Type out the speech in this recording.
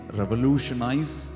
revolutionize